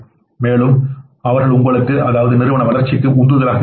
மேலும் அவர்கள் உங்களுக்கு நிறுவன வளர்ச்சிக்கு உந்துதலாக இருப்பார்கள்